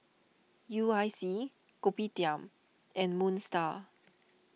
U I C Kopitiam and Moon Star